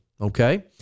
okay